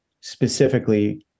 specifically